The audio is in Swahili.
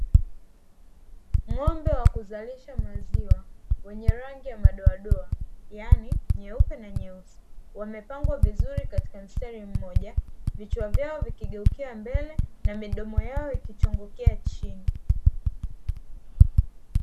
Ng’ombe wa kuzalisha maziwa wenye rangi ya madoadoa, yaani nyeupe na nyeusi, wamepangwa vizuri katika mstari mmoja, vichwa vyao vikigeukia mbele na midomo yao ikichongokea chini.